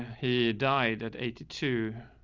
he died at eighty two.